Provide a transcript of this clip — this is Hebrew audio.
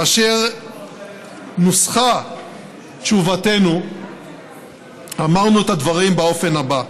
כאשר נוסחה תשובתנו אמרנו את הדברים באופן הבא: